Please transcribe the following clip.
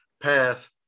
path